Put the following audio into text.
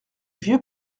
vieux